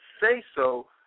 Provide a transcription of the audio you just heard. say-so